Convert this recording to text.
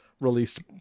released